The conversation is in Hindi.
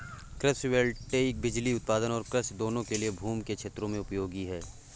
कृषि वोल्टेइक बिजली उत्पादन और कृषि दोनों के लिए भूमि के क्षेत्रों में उपयोगी है